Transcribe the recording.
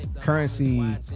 Currency